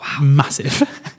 massive